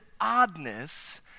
oddness